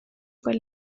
con